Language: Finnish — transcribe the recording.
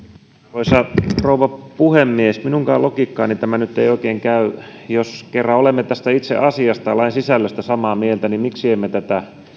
arvoisa rouva puhemies minunkaan logiikkaani tämä ei nyt oikein käy jos kerran olemme tästä itse asiasta ja lain sisällöstä samaa mieltä niin miksi emme tätä